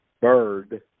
Bird